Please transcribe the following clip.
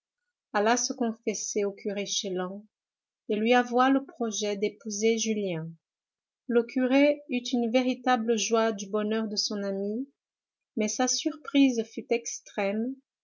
alla se confesser au curé chélan et lui avoua le projet d'épouser julien le curé eut une véritable joie du bonheur de son ami mais sa surprise fut extrême